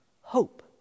hope